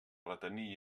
retenir